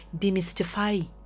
demystify